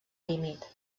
límit